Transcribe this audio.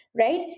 right